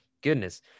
goodness